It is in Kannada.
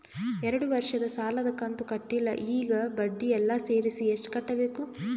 ಎರಡು ವರ್ಷದ ಸಾಲದ ಕಂತು ಕಟ್ಟಿಲ ಈಗ ಬಡ್ಡಿ ಎಲ್ಲಾ ಸೇರಿಸಿ ಎಷ್ಟ ಕಟ್ಟಬೇಕು?